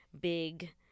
big